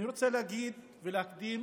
אני רוצה להגיד ולהקדים